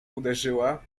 uderzyła